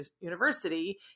University